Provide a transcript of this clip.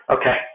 Okay